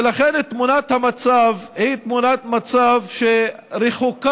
ולכן, תמונת המצב היא תמונת מצב שרחוקה